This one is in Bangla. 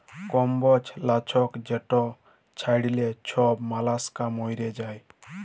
কম্বজ লাছক যেট ছড়াইলে ছব মলাস্কা মইরে যায়